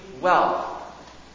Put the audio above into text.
wealth